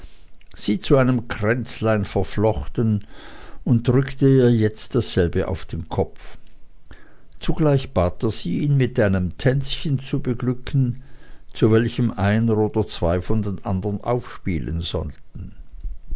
sie zu einem kränzlein verflochten und drückte ihr jetzt dasselbe auf den kopf zugleich bat er sie ihn mit einem tänzchen zu beglücken zu welchem einer oder zwei von den andern aufspielen sollten